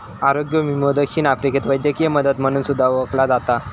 आरोग्य विमो दक्षिण आफ्रिकेत वैद्यकीय मदत म्हणून सुद्धा ओळखला जाता